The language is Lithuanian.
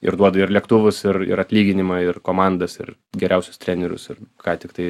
ir duoda ir lėktuvus ir ir atlyginimą ir komandas ir geriausius trenerius ir ką tik tai